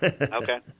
Okay